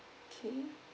okay